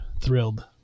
thrilled